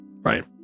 right